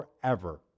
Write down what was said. forever